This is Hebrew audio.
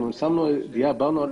אנחנו דיברנו על